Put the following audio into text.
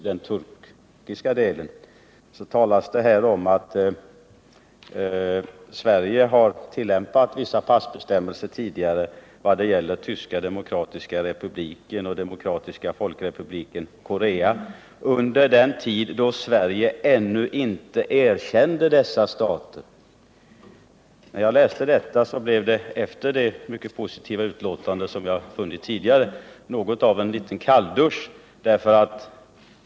Där talas det om att Sverige har tillämpat vissa passbestämmelser tidigare när det gäller Tyska Demokratiska Republiken och Demokratiska Folkrepubliken Korea ”under den tid då Sverige ännu inte erkände dessa stater”. När jag läste detta efter den mycket positiva skrivning jag läst tidigare blev det något av en kalldusch.